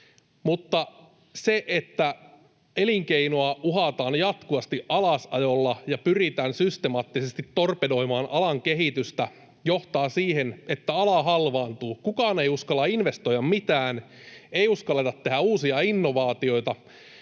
mutta se, että elinkeinoa uhataan jatkuvasti alasajolla ja pyritään systemaattisesti torpedoimaan alan kehitystä, johtaa siihen, että ala halvaantuu. Kukaan ei uskalla investoida mitään, eikä uskalleta tehdä uusia innovaatioita.